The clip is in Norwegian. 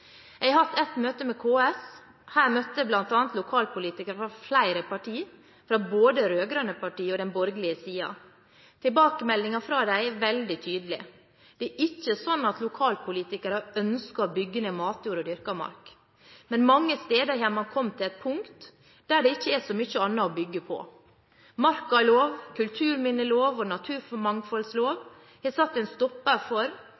Jeg har hatt ett møte med KS. Her møtte bl.a. lokalpolitikere fra flere partier både fra den rød-grønne og fra den borgerlige siden. Tilbakemeldingen fra dem er veldig tydelig. Det er ikke sånn at lokalpolitikere ønsker å bygge ned matjord og dyrket mark. Men mange steder har man kommet til et punkt der det ikke er så mye annet å bygge på. Markalov, kulturminnelov og naturmangfoldlov har satt en stopper for